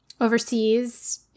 overseas